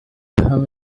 بهم